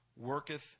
worketh